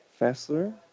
Fessler